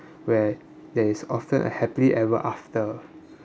where there is often a happily ever after